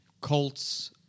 Colts